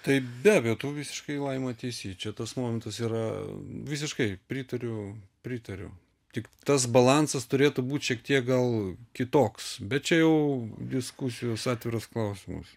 taip be abejo tu visiškai laima teisi čia tas momentas yra visiškai pritariu pritariu tik tas balansas turėtų būti šiek tiek gal kitoks bet čia jau diskusijos atviras klausimas